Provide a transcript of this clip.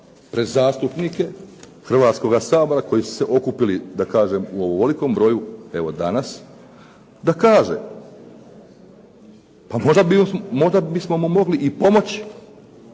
pred zastupnike Hrvatskoga sabora koji su se okupili da kažem u ovolikom broju evo danas, da kaže. Pa možda bismo mu mogli pomoći.